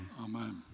Amen